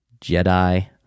Jedi